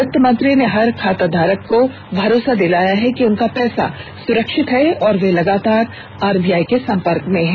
वित्त मंत्री ने हर खाताधारक को भरोसा दिलाया कि उनका पैसा सुरक्षित है और वे लगातार आरबीआई के संपर्क में हैं